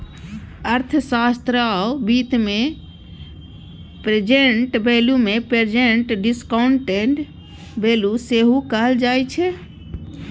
अर्थशास्त्र आ बित्त मे प्रेजेंट वैल्यू केँ प्रेजेंट डिसकांउटेड वैल्यू सेहो कहल जाइ छै